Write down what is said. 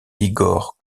igor